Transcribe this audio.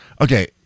Okay